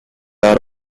are